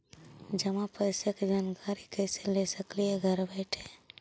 जमा पैसे के जानकारी कैसे ले सकली हे घर बैठे?